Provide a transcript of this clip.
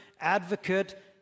advocate